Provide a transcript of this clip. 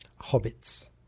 hobbits